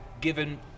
given